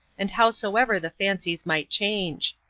and howsoever the fancies might change.